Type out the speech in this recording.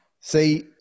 See